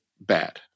bad